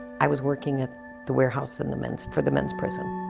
i was working at the warehouse in the men's, for the men's prison.